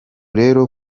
rero